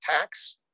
tax